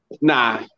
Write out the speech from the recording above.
Nah